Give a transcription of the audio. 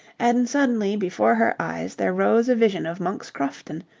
and suddenly before her eyes there rose a vision of monk's crofton,